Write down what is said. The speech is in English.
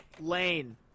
Lane